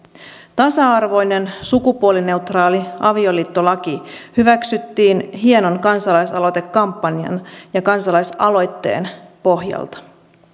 tasa arvoinen sukupuolineutraali avioliittolaki hyväksyttiin hienon kansalaisaloitekampanjan ja kansalaisaloitteen pohjalta